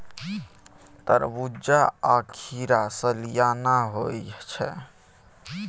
तरबूज्जा आ खीरा सलियाना होइ छै